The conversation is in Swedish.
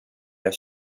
jag